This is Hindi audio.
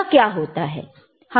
यह क्या होता है